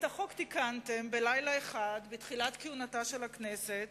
את החוק תיקנתם בלילה אחד בתחילת כהונתה של הכנסת